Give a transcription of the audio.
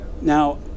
Now